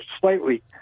slightly